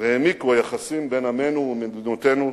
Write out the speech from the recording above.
והעמיקו היחסים בין עמינו ומדינותינו,